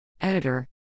Editor